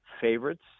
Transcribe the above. favorites